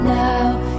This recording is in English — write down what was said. now